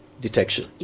detection